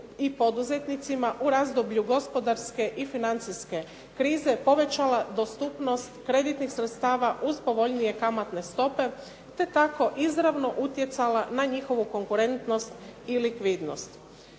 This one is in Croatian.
i poduzetnicima u razdoblju gospodarske i financijske krize povećala dostupnost kreditnih sredstava uz povoljnije kamatne stope te tako izravno utjecala na njihovu konkurentnost i likvidnost.